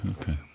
okay